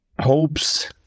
hopes